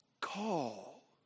Call